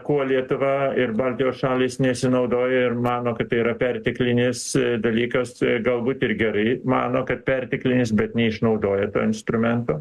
kuo lietuva ir baltijos šalys nesinaudoja ir mano kad tai yra perteklinis dalykas galbūt ir gerai mano kad perteklinis bet neišnaudoja to instrumento